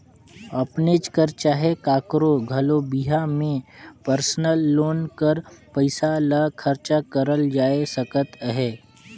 अपनेच कर चहे काकरो घलो बिहा में परसनल लोन कर पइसा ल खरचा करल जाए सकत अहे